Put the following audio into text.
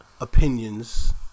opinions